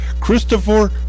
Christopher